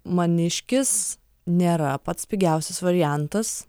maniškis nėra pats pigiausias variantas